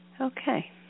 Okay